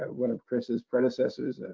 one of chris's predecessors. and